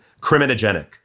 criminogenic